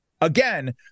again